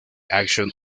action